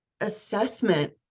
assessment